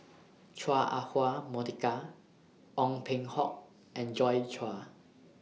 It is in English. Chua Ah Huwa Monica Ong Peng Hock and Joi Chua